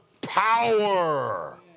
power